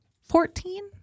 Fourteen